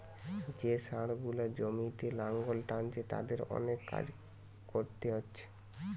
যে ষাঁড় গুলা জমিতে লাঙ্গল টানছে তাদের অনেক কাজ কোরতে হচ্ছে